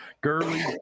girly